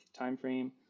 timeframe